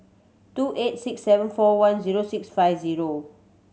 two eight six seven four one zero six five zero